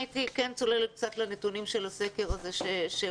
הייתי כן צוללת קצת לנתונים של הסקר הזה שהוצג